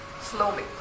slowly